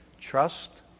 trust